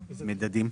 או מדדים?